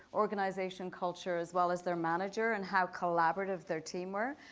organization cultures, as well as their manager, and how collaborative their team were.